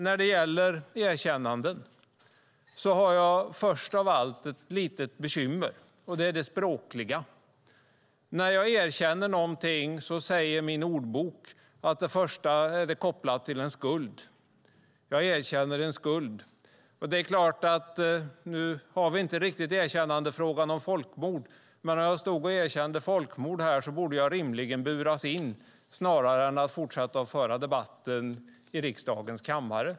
När det gäller erkännanden har jag först av allt ett litet bekymmer, och det är det språkliga. När jag erkänner någonting säger min ordbok som det första att det är kopplat till en skuld. Man erkänner en skuld. Nu har vi inte riktigt erkännandefrågan om folkmord uppe, men om jag stod och erkände folkmord här borde jag rimligen buras in snarare än att fortsätta att föra debatten i riksdagens kammare.